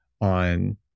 on